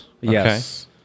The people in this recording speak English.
Yes